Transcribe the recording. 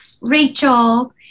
Rachel